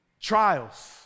Trials